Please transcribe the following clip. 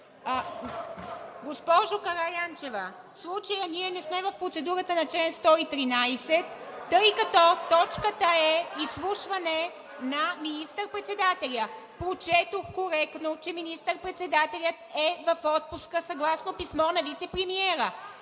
Госпожо Караянчева, в случая ние не сме в процедурата на чл. 113, тъй като точката е „Изслушване на министър-председателя“. Прочетох коректно, че министър-председателят е в отпуска съгласно писмо на вицепремиера.